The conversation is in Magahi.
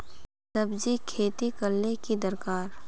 सब्जी खेती करले ले की दरकार?